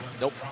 Nope